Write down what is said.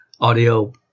audio